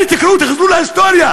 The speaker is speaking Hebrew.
אלה, תקראו, תחזרו להיסטוריה,